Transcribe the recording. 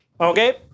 Okay